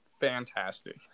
fantastic